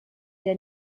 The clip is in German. der